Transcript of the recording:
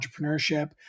entrepreneurship